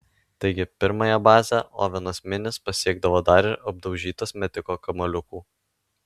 taigi pirmąją bazę ovenas minis pasiekdavo dar ir apdaužytas metiko kamuoliukų